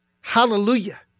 Hallelujah